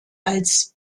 als